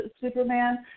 Superman